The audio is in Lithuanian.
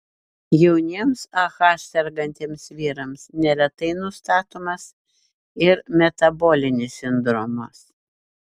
jauniems ah sergantiems vyrams neretai nustatomas ir metabolinis sindromas